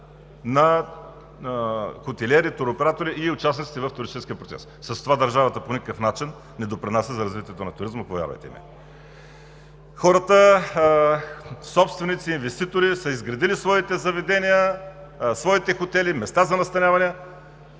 на хотелиери, туроператори и участниците в туристическия процес. С това държавата по никакъв начин не допринася за развитието на туризма, повярвайте ми. Хората – собственици, инвеститори, са изградили своите заведения, своите хотели, места за настаняване.